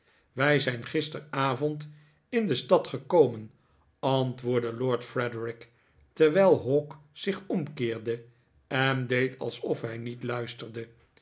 wij zijn gisteravond in de stad gekomen antwoordde lord frederik terwijl hawk zich omkeerde en deed alsof hij niet luisterde